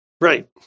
Right